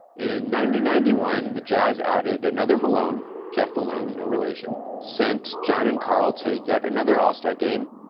in ninety ninety one, the jazz added another malone, jeff malone, no relation, sent john and karl to yet another all-star game,